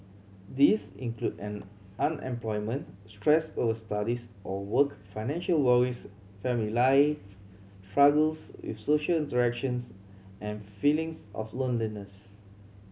these include an unemployment stress over studies or work financial worries family life struggles with social interactions and feelings of loneliness